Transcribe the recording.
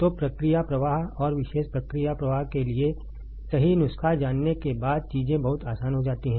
तो प्रक्रिया प्रवाह और विशेष प्रक्रिया प्रवाह के लिए सही नुस्खा जानने के बाद चीजें बहुत आसान हो जाती हैं